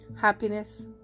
happiness